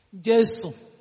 Jesus